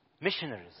missionaries